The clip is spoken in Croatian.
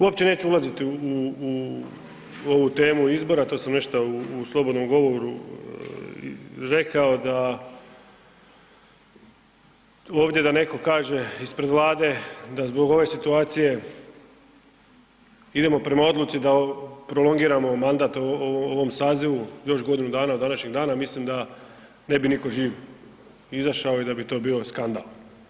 Uopće neću ulaziti u, u ovu temu izbora, to sam nešto u slobodnom govoru rekao da ovdje da neko kaže ispred Vlade da zbog ove situacije idemo prema odluci da prolongiramo mandat ovom sazivu još godinu dana od današnjeg dana, mislim da ne bi niko živ izašao i da bi to bio skandal.